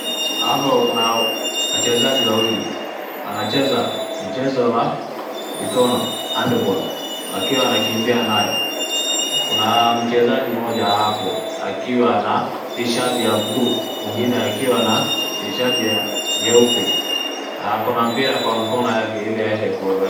Hapa kuna wachezaji wawili, wanacheza mchezo wa mikono, handball , wakiwa wanakimbia nayo. Kuna mchezaji mmoja hapo, akiwa na tishati ya buluu, mwingine akiwa na tishati ya nyeupe. Akona mpira kwa mkono wake ili aende kuiweka.